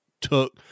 took